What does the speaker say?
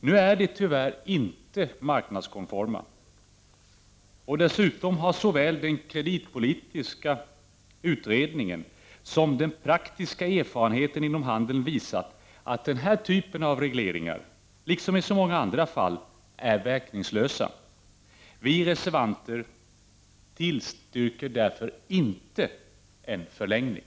Nu är de tyvärr inte marknadskonforma, och dessutom har såväl den kreditpolitiska utredningen som den praktiska erfarenheten inom handeln visat att den här typen av regleringar, liksom så många andra, är verkningslösa. Vi reservanter tillstyrker därför inte en förlängning.